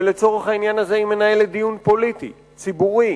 ולצורך העניין הזה היא מנהלת דיון פוליטי, ציבורי,